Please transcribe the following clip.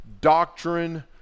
doctrine